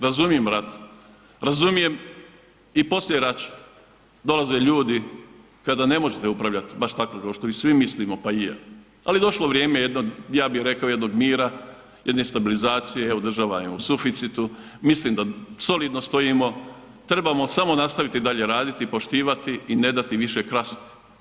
Razumijem rat, razumijem i poslijeraće, dolaze ljudi kada ne možete upravljati baš tako kao što mi svi mislimo pa i ja, ali došlo vrijeme jednog, ja bi rekao jednog mira, jedne stabilizacije, evo država je u suficitu, mislim da solidno stojimo, trebamo samo dalje raditi, poštivati i ne dati više krasti.